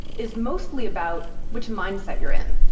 is mostly about which mindset you're in.